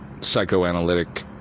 psychoanalytic